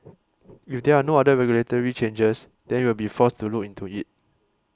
if there are no other regulatory changers then we'll be forced through into it